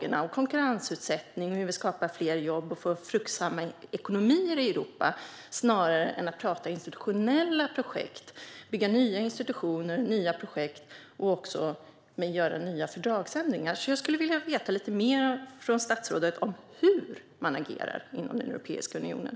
Fokuserar vi på konkurrensutsättning och på hur vi skapar fler jobb och får fruktsamma ekonomier i Europa snarare än på att prata om institutionella projekt, bygga nya institutioner, driva nya projekt och göra nya fördragsändringar? Jag skulle vilja veta lite mer från statsrådet om hur man agerar inom Europeiska unionen.